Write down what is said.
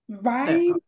Right